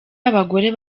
abagore